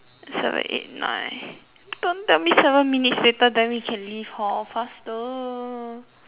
seven eight nine don't tell me seven minutes later then we can leave hor faster